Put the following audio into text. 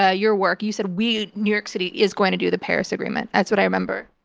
ah your work, you said, we, new york city, is going to do the paris agreement. that's what i remember.